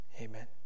amen